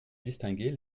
distinguer